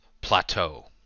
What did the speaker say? plateau